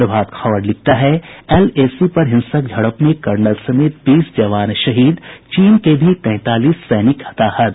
प्रभात खबर लिखता है एलएसी पर हिंसक झड़प में कर्नल समेत बीस जवान शहीद चीन के भी तैंतालीस सैनिक हताहत